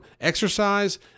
exercise